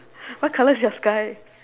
what color is your sky